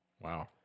Wow